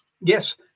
yes